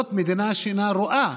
זאת מדינה שאינה רואה.